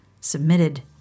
submitted